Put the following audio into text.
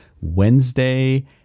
wednesday